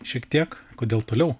šiek tiek kodėl toliau